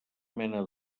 mena